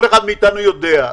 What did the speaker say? כל אחד מאיתנו יודע,